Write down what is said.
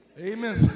Amen